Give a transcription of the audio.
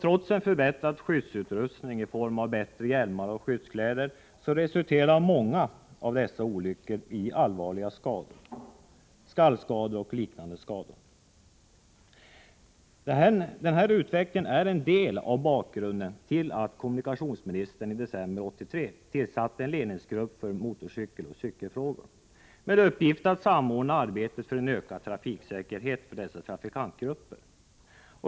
Trots förbättrad skyddsutrustning i form av bättre hjälmar och skyddskläder resulterar många av dessa olyckor i allvarliga skador — skallskador och liknande. Denna utveckling är en del av bakgrunden till att kommunikationsministern i december 1983 tillsatte en ledningsgrupp för motorcykeloch cykelfrågor med uppgift att samordna arbetet för ökad trafiksäkerhet för dessa trafikantgrupper.